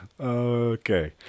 Okay